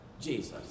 Jesus